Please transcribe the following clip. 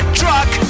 truck